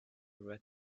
read